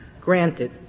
Granted